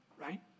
right